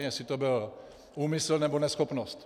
Jestli to byl úmysl, nebo neschopnost.